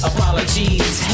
Apologies